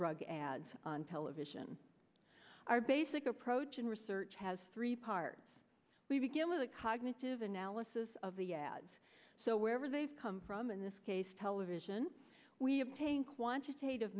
drug ads on television our basic approach in research has three parts we begin with a cognitive analysis of the ads so wherever they've come from in this case television we obtain quantitative